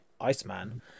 Iceman